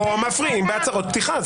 לא מפריעים בהצהרות פתיחה.